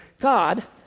God